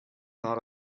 not